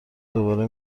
دوباره